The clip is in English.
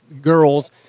girls